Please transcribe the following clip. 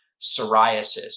psoriasis